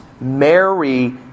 Mary